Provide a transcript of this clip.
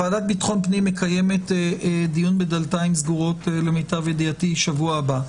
ועדת ביטחון פנים מקיימת דיון בדלתיים סגורות למיטב ידיעתי שבוע הבא.